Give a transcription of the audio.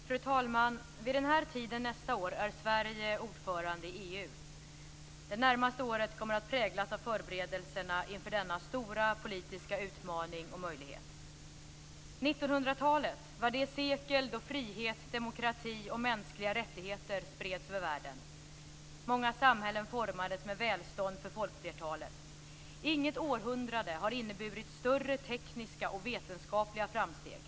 Fru talman! Vid den här tiden nästa år är Sverige ordförande i EU. Det närmaste året kommer att präglas av förberedelserna inför denna stora politiska utmaning och möjlighet. 1900-talet var det sekel då frihet, demokrati och mänskliga rättigheter spreds över världen. Många samhällen formades med välstånd för folkflertalet. Inget århundrade har inneburit större tekniska och vetenskapliga framsteg.